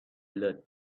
blood